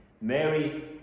Mary